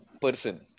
person